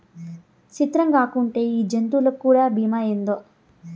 సిత్రంగాకుంటే ఈ జంతులకీ కూడా బీమా ఏందో